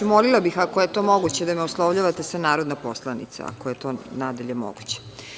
Molila bih, ako je to moguće, da me oslovljavate sa narodna poslanica, ako je to nadalje moguće.